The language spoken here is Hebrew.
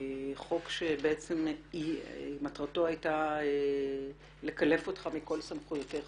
חוק שמטרתו היתה לקלף אותך מכל סמכויותיך